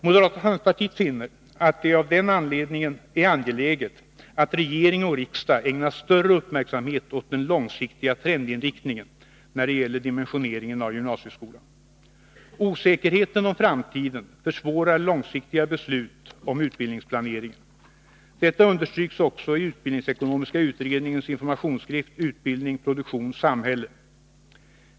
Moderata samlingspartiet finner det av den anledningen angeläget att regering och riksdag ägnar större uppmärksamhet åt den långsiktiga trendinriktningen, när det gäller dimensioneringen av gymnasieskolan. Osäkerheten om framtiden försvårar långsiktiga beslut om utbildningsplaneringen. Detta understryks också i utbildningsekonomiska utredningens informationsskrift Utbildning, produktion, samhälle.